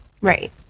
Right